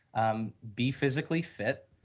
um be physically fit,